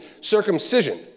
circumcision